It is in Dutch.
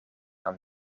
aan